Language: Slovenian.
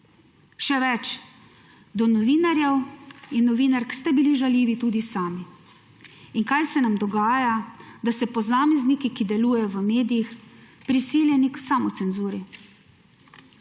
Še več, do novinarjev in novinark ste bili žaljivi tudi sami. In kaj se nam dogaja? Da so posamezniki, ki delujejo v medijih, prisiljeni k samocenzuri.